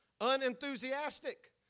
Unenthusiastic